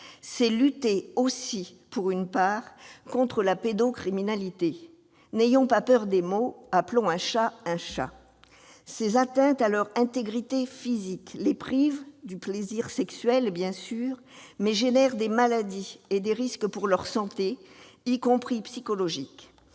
aussi lutter, pour une part, contre la pédocriminalité. N'ayons pas peur des mots, appelons un chat un chat : ces atteintes à leur intégrité physique les privent du plaisir sexuel, bien sûr, mais engendrent aussi des risques pour leur santé, qu'il s'agisse